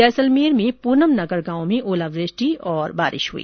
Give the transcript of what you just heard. जैसलमेर में पूनम नगर गांव में ओलावृष्टि और बारिश हुई